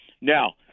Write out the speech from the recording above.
Now